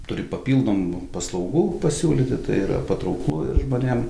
turi papildomų paslaugų pasiūlyti tai yra patrauklu ir žmonėm